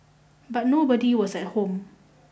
but nobody was at home